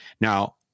Now